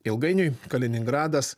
ilgainiui kaliningradas